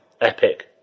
Epic